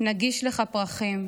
נגיש לך פרחים,